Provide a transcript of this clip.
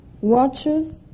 watches